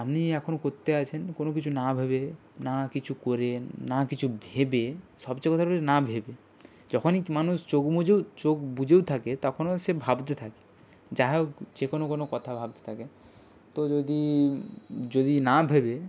আপনি এখন করতে আছেন কোনো কিছু না ভেবে না কিছু করে না কিছু ভেবে সবচেয়ে কথা না ভেবে যখনই মানুষ চোখ মুজেও চোখ বুজেও থাকে তখনও সে ভাবতে থাকে যা হোক যে কোনো কোনো কথা ভাবতে থাকে তো যদি যদি না ভেবে